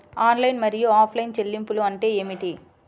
Online మరియు offline చెల్లింపులు అంటే ఏమిటి?